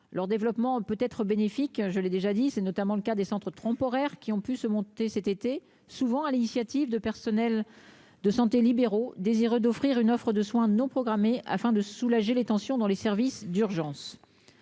leur développement peut être bénéfique, je l'ai déjà dit, c'est notamment le cas des centres trompe horaire qui ont pu se monter cet été, souvent à l'initiative de personnels de santé libéraux désireux d'offrir une offre de soins non programmés afin de soulager les tensions dans les services d'urgence